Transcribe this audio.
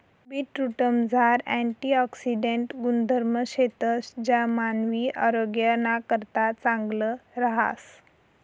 बीटरूटमझार अँटिऑक्सिडेंट गुणधर्म शेतंस ज्या मानवी आरोग्यनाकरता चांगलं रहास